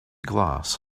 glass